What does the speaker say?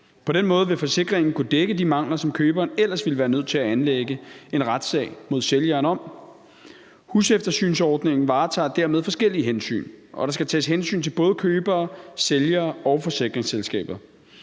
På den måde vil forsikringen kunne dække de mangler, som køberen ellers ville være nødt til at anlægge en retssag mod sælgeren om. Huseftersynsordningen varetager dermed forskellige hensyn, og der skal tages hensyn til både købere, sælgere og forsikringsselskaber.